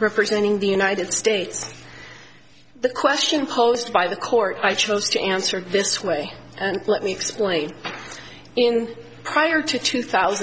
representing the united states the question posed by the court i chose to answer this way and let me explain in prior to two thousand